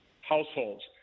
households